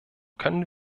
können